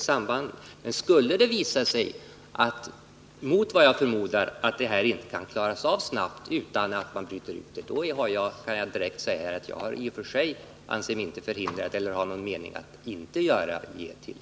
Men jag kan direkt säga att skulle det visa sig — mot vad jag förmodar — att denna fråga inte kan klaras av snabbt utan att man bryter ut den, anser jag mig inte förhindrad att ge tilläggsdirektiv.